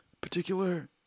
particular